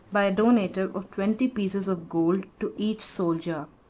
by a donative of twenty pieces of gold to each soldier.